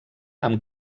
amb